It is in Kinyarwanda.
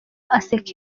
aseka